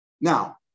Now